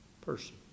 person